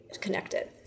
connected